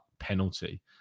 Penalty